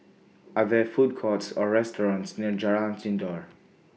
Are There Food Courts Or restaurants near Jalan Sindor